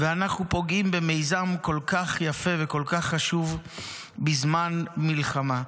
ואנחנו פוגעים במיזם כל כך יפה וכל כך חשוב בזמן מלחמה.